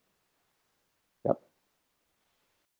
yup